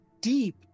deep